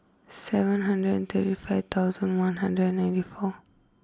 seven hundred and thirty five thousand one hundred and ninety four